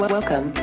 Welcome